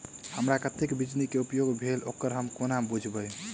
हमरा कत्तेक बिजली कऽ उपयोग भेल ओकर हम कोना बुझबै?